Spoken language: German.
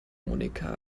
monika